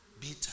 bitter